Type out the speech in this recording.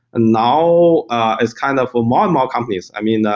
now ah is kind of a more and more companies. i mean,